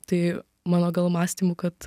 tai mano gal mąstymu kad